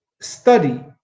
study